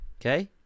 okay